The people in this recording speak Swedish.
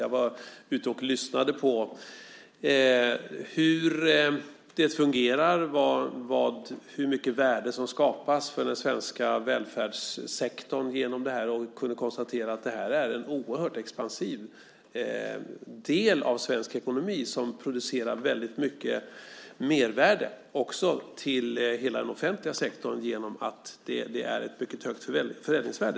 Jag var då ute och lyssnade på hur det hela fungerar, hur mycket värde som skapas för den svenska välfärdssektorn genom detta, och kunde konstatera att det är en oerhört expansiv del av svensk ekonomi. De producerar mycket mervärde, också till hela den offentliga sektorn, genom det mycket höga förädlingsvärdet.